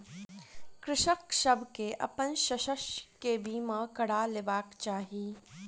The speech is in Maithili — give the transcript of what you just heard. कृषक सभ के अपन शस्य के बीमा करा लेबाक चाही